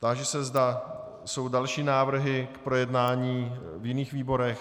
Táži se, zda jsou další návrhy k projednání v jiných výborech.